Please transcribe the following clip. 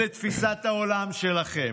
לתפיסת העולם שלכם.